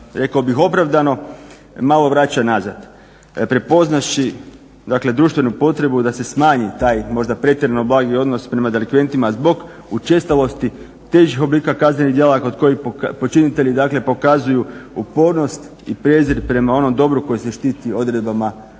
rekao bih opravdano malo vraća nazad. Prepoznavši dakle društvenu potrebu da se smanji taj, možda pretjerano blagi odnos prema delikventima zbog učestalosti težih oblika kaznenih djela kod kojih počinitelji, dakle pokazuju upornost i prezir prema onom dobru koji se štiti odredbama